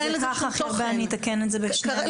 ואחרי זה נתן את זה בשנייה, שלישית.